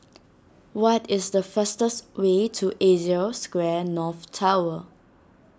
what is the fastest way to Asia Square North Tower